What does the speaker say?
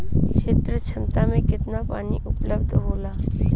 क्षेत्र क्षमता में केतना पानी उपलब्ध होला?